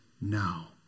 now